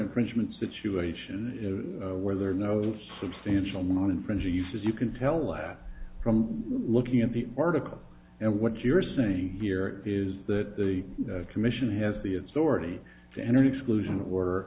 infringement situation where there are no substantial known infringing uses you can tell left from looking at the article and what you're saying here is that the commission has the authority to enter an exclusion